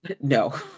No